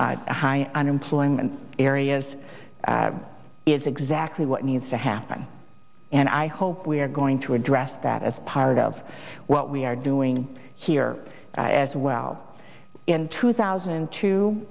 high unemployment areas is exactly what needs to happen and i hope we are going to address that as part of what we are doing here as well in two thousand